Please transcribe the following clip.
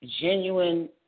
genuine